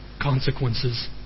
consequences